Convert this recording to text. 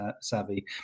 savvy